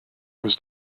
was